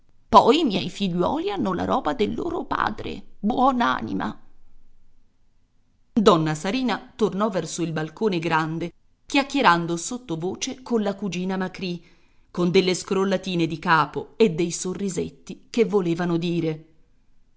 i miei figliuoli hanno la roba del loro padre buon'anima donna sarina tornò verso il balcone grande chiacchierando sottovoce colla cugina macrì con delle scrollatine di capo e dei sorrisetti che volevano dire